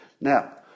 Now